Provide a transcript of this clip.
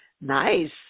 Nice